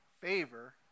favor